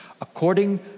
according